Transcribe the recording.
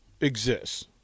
exists